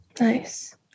Nice